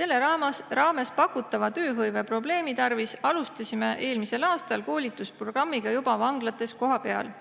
Selle raames pakutava tööhõive probleemi lahendamiseks alustasime eelmisel aastal koolitusprogrammi juba vanglates kohapeal.